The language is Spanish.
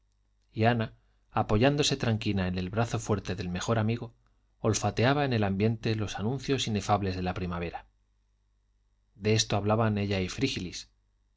y ana apoyándose tranquila en el brazo fuerte del mejor amigo olfateaba en el ambiente los anuncios inefables de la primavera de esto hablaban ella y frígilis